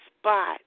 spot